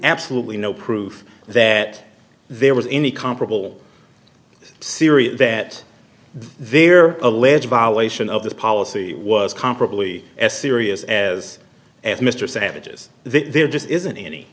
absolutely no proof that there was any comparable syria that their alleged violation of this policy was comparably as serious as if mr savages there just isn't any